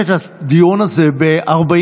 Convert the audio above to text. והם את הדגל הזה של מדינה פלסטינית לא יורידו,